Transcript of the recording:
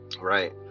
Right